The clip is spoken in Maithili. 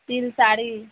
साड़ी